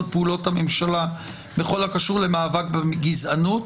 פעולות הממשלה בכל הקשור למאבק בגזענות,